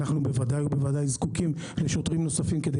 אנחנו בוודאי ובוודאי זקוקים לשוטרים נוספים כדי